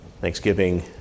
Thanksgiving